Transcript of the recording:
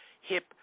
hip